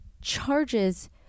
charges